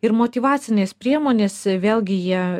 ir motyvacinės priemonės vėlgi jie